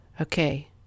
okay